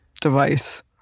device